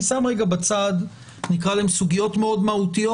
אני שם רגע בצד סוגיות מאוד מהותיות,